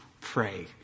pray